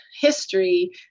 history